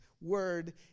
word